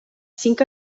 cinc